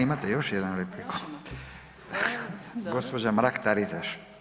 Imate još jednu repliku, gospođa Mrak Taritaš.